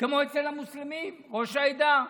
כמו אצל המוסלמים, ראש העדה,